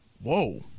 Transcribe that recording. whoa